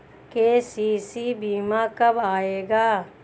KCC बीमा कब आएगा?